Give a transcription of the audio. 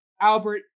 Albert